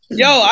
yo